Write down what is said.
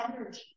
energy